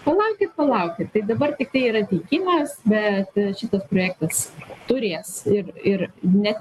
palaukit palaukit tai dabar tiktai yra teikimas bet šitas projektas turės ir ir net